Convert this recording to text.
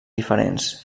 diferents